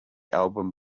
album